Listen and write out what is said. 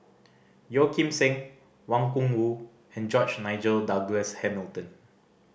Yeo Kim Seng Wang Gungwu and George Nigel Douglas Hamilton